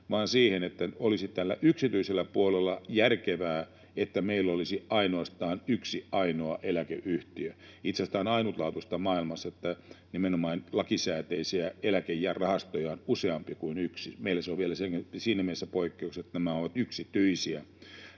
vaan siihen, että olisi tällä yksityisellä puolella järkevää, että meillä olisi ainoastaan yksi ainoa eläkeyhtiö. Itse asiassa tämä on ainutlaatuista maailmassa, että nimenomaan lakisääteisiä eläkerahastoja on useampi kuin yksi. Meillä se on vielä siinä mielessä poikkeus, että nämä rahastot ovat yksityisiä,